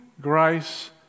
grace